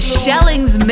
shellings